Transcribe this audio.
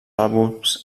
àlbums